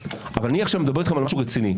אבל אני עכשיו מדבר איתכם על משהו רציני.